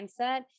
mindset